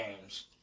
games